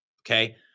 okay